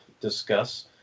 discuss